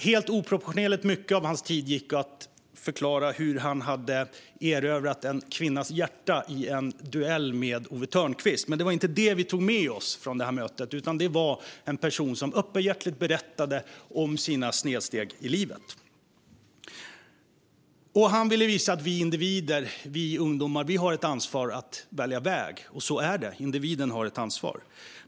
Helt oproportionerligt mycket av hans tid gick åt till att förklara hur han hade erövrat en kvinnas hjärta i en duell med Owe Thörnqvist. Det var dock inte detta vi tog med oss från mötet, utan det var denna person som öppenhjärtigt berättade om sina snedsteg i livet. Han ville visa att vi individer, vi ungdomar, hade ett ansvar att välja väg. Och så är det: Individen har ett ansvar.